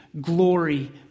glory